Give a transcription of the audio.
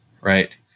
Right